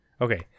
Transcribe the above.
Okay